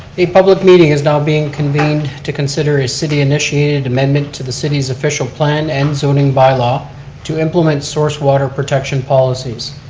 a public meeting is now being convened to consider a city initiated amendment to the city's official plan end zoning bylaw to implement source water protection policies.